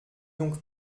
donc